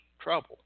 trouble